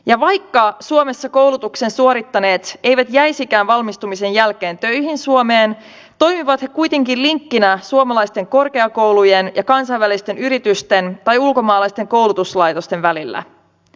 ja vaikka suomessa koulutuksen suorittaneet eivät jäisikään valmistumisen jälkeen töihin suomeen toimivat he kuitenkin linkkinä suomalaisten korkeakoulujen ja kansainvälisten yritysten tai ulkomaalaisten koulutuslaitosten välillä